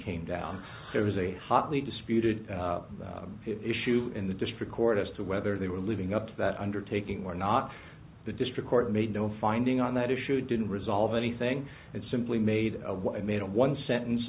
came down there was a hotly disputed issue in the district court as to whether they were living up to that undertaking or not the district court made no finding on that issue didn't resolve anything and simply made what i made a one sentence